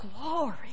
glory